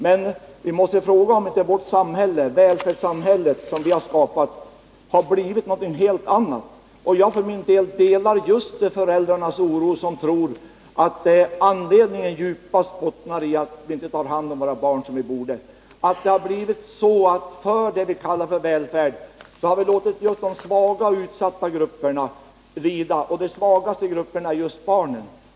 Men vad vi måste fråga är om inte det välfärdssamhälle som vi ville skapa har blivit någonting helt annat. Jag delar oron hos de föräldrar som tror att detta djupast bottnar i att viinte tar hand om våra barn så som vi borde, utan menar att det har blivit så att vi för det som vi kallar välfärd har låtit just de svaga och de utsatta grupperna lida, och den svagaste gruppen är just barnen.